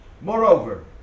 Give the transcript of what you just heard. Moreover